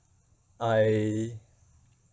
I